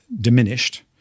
diminished